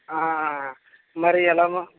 మరి ఎలాగో